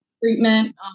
Treatment